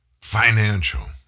Financial